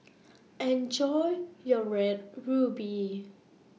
Enjoy your Red Ruby